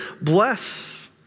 bless